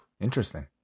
interesting